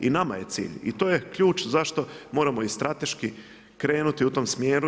I nama je cilj i to je ključ zašto moramo i strateški krenuti u tom smjeru.